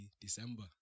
December